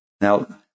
Now